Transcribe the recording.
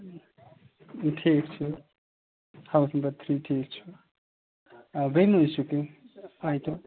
ٹھیٖک چھُ house number three ٹھیٖک چھُ آ بیٚیہِ مٔہ حظ چھُ کیٚنٛہہ آیٹَم